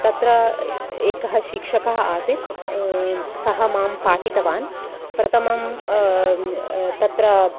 तत्र एकः शिक्षकः आसीत् सः मां पाठितवान् प्रथमं तत्र